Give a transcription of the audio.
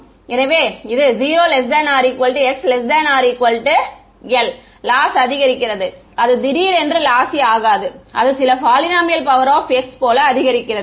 எனவே இது 0x L loss அதிகரிக்கிறது அது திடீரென்று லாசி ஆகாது அது சில பாலினாமியல் பவர் ஆப் x போல அதிகரிக்கிறது